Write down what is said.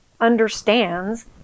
understands